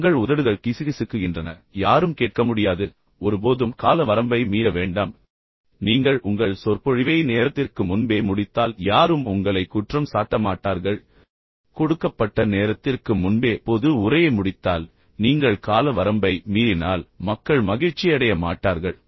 எனவே உங்கள் உதடுகள் கிசுகிசுக்குகின்றன ஆனால் யாரும் கேட்க முடியாது ஒருபோதும் கால வரம்பை மீற வேண்டாம் நீங்கள் உங்கள் சொற்பொழிவை நேரத்திற்கு முன்பே முடித்தால் யாரும் உங்களை குற்றம் சாட்ட மாட்டார்கள் கொடுக்கப்பட்ட நேரத்திற்கு முன்பே பொது உரையை முடித்தால் ஆனால் நீங்கள் கால வரம்பை மீறினால் மக்கள் மகிழ்ச்சியடைய மாட்டார்கள்